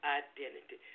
identity